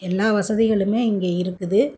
எல்லா வசதிகளுமே இங்கே இருக்குது